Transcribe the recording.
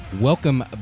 welcome